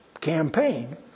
campaign